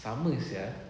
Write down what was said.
sama sia